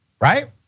right